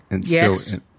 Yes